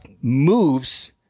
moves